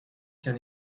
qu’un